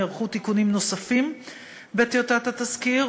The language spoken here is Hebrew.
נערכו תיקונים נוספים בטיוטת התזכיר,